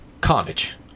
carnage